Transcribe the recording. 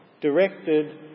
directed